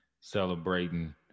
celebrating